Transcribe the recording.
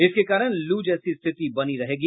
इसके कारण लू की स्थिति बनी रहेगी